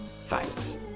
Thanks